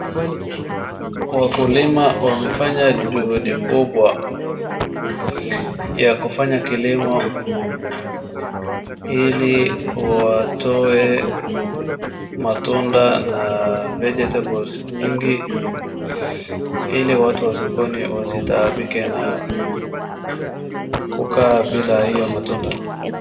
Wakulima wamefanya juhudi kubwa ya kufanya kilimo ili watoe matunda na vegetables nyingi ili watu wa sokoni wasitaabike na kukaa bila hio matunda.